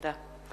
תודה.